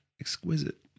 Exquisite